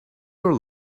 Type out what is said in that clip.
your